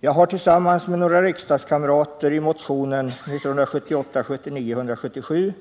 Jag har tillsammans med några riksdagskamrater i motionen 177